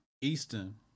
eastern